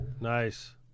Nice